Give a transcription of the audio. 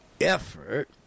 effort